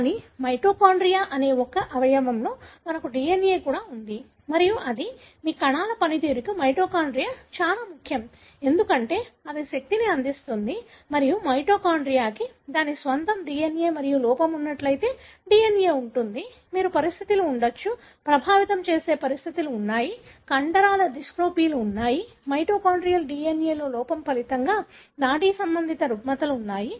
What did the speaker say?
కానీ మైటోకాండ్రియా అనే ఒక అవయవంలో మాకు DNA కూడా ఉంది మరియు అది మీ కణాల పనితీరుకు మైటోకాండ్రియా చాలా ముఖ్యం ఎందుకంటే ఇది శక్తిని అందిస్తుంది మరియు మైటోకాండ్రియాకు దాని స్వంత DNA మరియు లోపం ఉన్నట్లయితే DNA ఉంటుంది మీరు పరిస్థితులు ఉండవచ్చు ప్రభావితం చేసే పరిస్థితులు ఉన్నాయి కండరాల డిస్ట్రోఫీలు ఉన్నాయి మైటోకాన్డ్రియల్ DNA లో లోపం ఫలితంగా నాడీ సంబంధిత రుగ్మతలు ఉన్నాయి